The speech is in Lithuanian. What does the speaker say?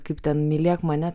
kaip ten mylėk mane